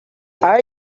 are